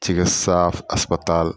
ठीके साफ अस्पताल